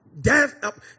death